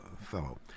Fellow